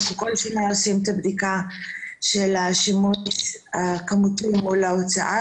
אנחנו בכל שנה עושים את הבדיקה של השימוש הכמותי מול ההוצאה.